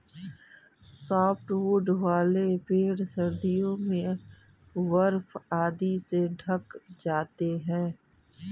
softwood वाले पेड़ सर्दियों में बर्फ आदि से ढँक जाते हैं